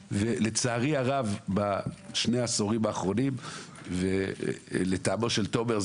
שהכסף הזה לא יהפוך להיות עוד הכנסה למכולות או הכנסה